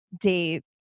date